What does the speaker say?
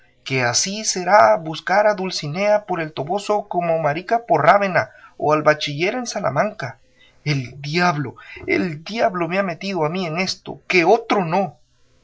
que así será buscar a dulcinea por el toboso como a marica por rávena o al bachiller en salamanca el diablo el diablo me ha metido a mí en esto que otro no